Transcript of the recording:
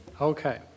Okay